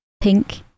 pink